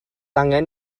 angen